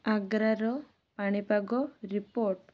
ଆଗ୍ରାର ପାଣିପାଗ ରିପୋର୍ଟ୍